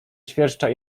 świerszcza